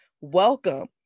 Welcome